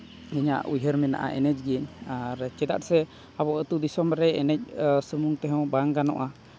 ᱤᱧᱟᱹᱜ ᱩᱭᱦᱟᱹᱨ ᱢᱮᱱᱟᱜᱼᱟ ᱮᱱᱮᱡ ᱜᱤᱭᱟᱹᱧ ᱟᱨ ᱪᱮᱫᱟᱜ ᱥᱮ ᱟᱵᱚ ᱟᱹᱛᱩ ᱫᱤᱥᱚᱢ ᱨᱮ ᱮᱱᱮᱡ ᱥᱮᱨᱮᱧ ᱛᱮᱦᱚᱸ ᱵᱟᱝ ᱜᱟᱱᱚᱜᱼᱟ